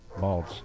balls